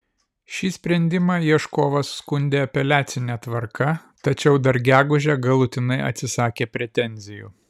šį sprendimą ieškovas skundė apeliacine tvarka tačiau dar gegužę galutinai atsisakė pretenzijų